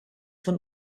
von